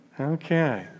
Okay